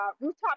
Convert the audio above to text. rooftop